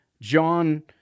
John